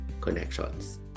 connections